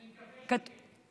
אני מקווה שכן.